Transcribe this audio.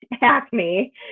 acne